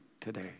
today